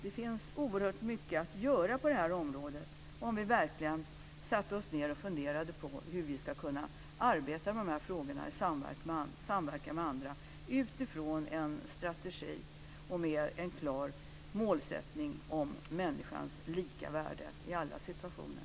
Det finns oerhört mycket att göra på detta område om vi verkligen sätter oss ned och funderar på hur vi ska kunna arbeta med frågorna i samverkan med andra utifrån en strategi och med en klar målsättning om människans lika värde i alla situationer.